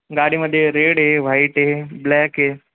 गाडीमध्ये रेड आहे व्हाईट आहे ब्लॅक आहे